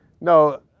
No